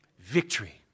Victory